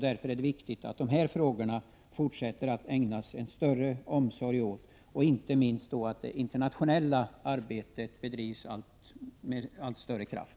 Därför är det viktigt att man i fortsättningen ägnar en större omsorg åt dessa frågor och inte minst att det internationella arbetet bedrivs med allt större kraft.